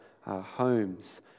homes